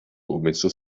comenzó